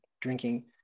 drinking